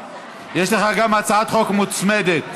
יש לך גם הצעת חוק מוצמדת.